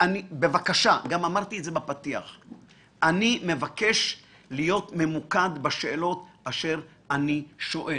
אני מבקש להיות ממוקד בשאלות אשר אני שואל.